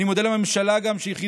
אני מודה לממשלה על שהכריזה,